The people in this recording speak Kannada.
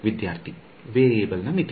ವಿದ್ಯಾರ್ಥಿ ವೇರಿಯಬಲ್ ನ ಮಿತಿ